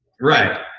Right